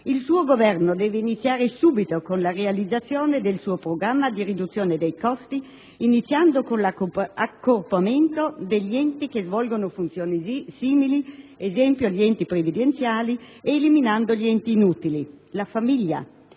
Il suo Governo deve iniziare subito con la realizzazione del suo programma di riduzione dei costi, iniziando con l'accorpamento degli enti che svolgono funzioni simili (ad esempio, gli enti previdenziali) ed eliminando gli enti inutili. La famiglia.